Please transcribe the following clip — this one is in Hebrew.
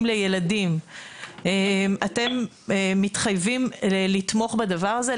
לילדים אתם מתחייבים לתמוך בדבר הזה,